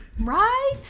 right